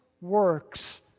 works